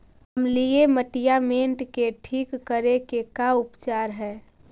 अमलिय मटियामेट के ठिक करे के का उपचार है?